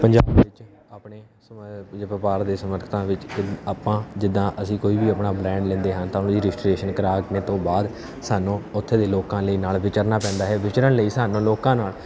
ਪੰਜਾਬ ਵਿੱਚ ਆਪਣੇ ਸਮੇਂ ਵਪਾਰ ਦੇ ਸਮਰਥਕਾਂ ਵਿੱਚ ਆਪਾਂ ਜਿੱਦਾਂ ਅਸੀਂ ਕੋਈ ਵੀ ਆਪਣਾ ਬ੍ਰੈਂਡ ਲੈਂਦੇ ਹਾਂ ਤਾਂ ਉਹਦੀ ਰਜਿਸਟਰੇਸ਼ਨ ਕਰਾਣੇ ਤੋਂ ਬਾਅਦ ਸਾਨੂੰ ਉੱਥੇ ਦੇ ਲੋਕਾਂ ਲਈ ਨਾਲ ਵਿਚਰਨਾ ਪੈਂਦਾ ਹੈ ਵਿਚਰਨ ਲਈ ਸਾਨੂੰ ਲੋਕਾਂ ਨਾਲ